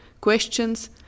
questions